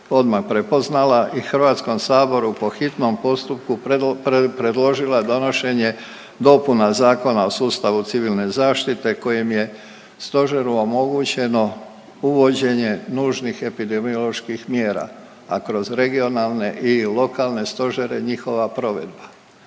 odmah prepoznala i Hrvatskom saboru po hitnom postupku predložila donošenje dopuna Zakona o sustavu Civilne zaštite kojim je Stožeru omogućeno uvođenje nužnih epidemioloških mjera a kroz regionalne i lokalne stožere njihova provedba.